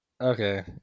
okay